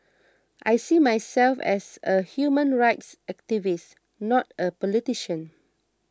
I see myself as a human rights activist not a politician